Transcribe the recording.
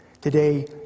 today